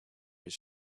his